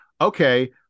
okay